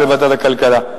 לוועדת הכלכלה.